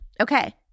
okay